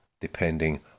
depending